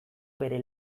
bere